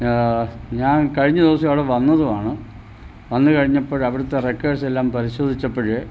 ഞാൻ കഴിഞ്ഞ ദിവസം അവിടെ വന്നതുമാണ് വന്നു കഴിഞ്ഞപ്പോഴവിടുത്തെ റെകോർഡ്സ് എല്ലാം പരിശോധിച്ചപ്പോൾ